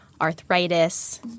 arthritis